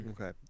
Okay